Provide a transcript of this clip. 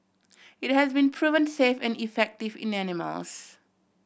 it has been proven safe and effective in animals